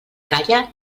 calla